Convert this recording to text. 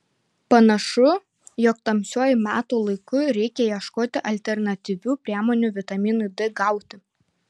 panašu jog tamsiuoju metų laiku reikia ieškoti alternatyvių priemonių vitaminui d gauti